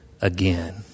again